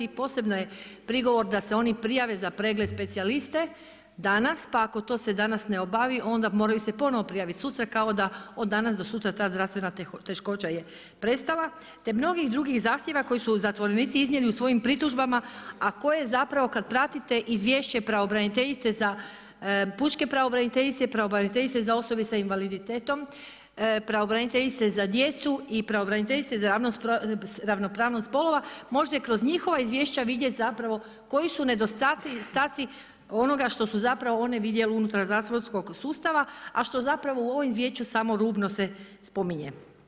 Posebno je prigovor da se oni prijave za pregled specijaliste danas, pa ako to se danas ne obavi onda moraju se ponovo prijaviti sutra kao da od danas do sutra ta zdravstvena teškoća je prestala, te mnogih drugih zahtjeva koji su zatvorenici iznijeli u svojim pritužbama a koje zapravo kad pratite izvješće pravobraniteljice, Pučke pravobraniteljice, Pravobraniteljice za osobe sa invaliditetom, Pravobraniteljice za djecu i pravobraniteljice za ravnopravnost spolova možda i kroz njihova izvješća vidjeti zapravo koji su nedostatci onoga što su zapravo one vidjele unutar zatvorskog sustava, a što zapravo u ovom izvješću samo rubno se spominje.